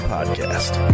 Podcast